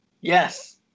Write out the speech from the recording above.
yes